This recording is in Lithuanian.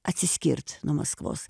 atsiskirt nuo maskvos